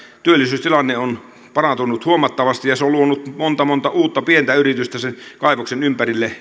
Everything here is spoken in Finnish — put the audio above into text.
työllisyystilanne on parantunut huomattavasti ja se on luonut monta monta uutta pientä yritystä sen kaivoksen ympärille